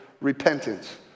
repentance